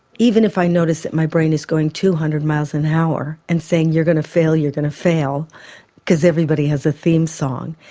even if i notice that my brain is going two hundred mph and saying you're going to fail, you're going to fail because everybody has a theme song,